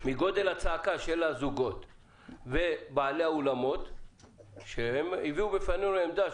הם הביאו בפנינו עמדה,